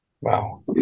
Wow